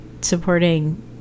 supporting